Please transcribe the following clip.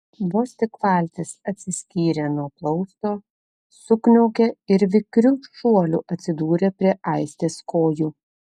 vos tik valtis atsiskyrė nuo plausto sukniaukė ir vikriu šuoliu atsidūrė prie aistės kojų